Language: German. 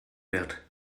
wird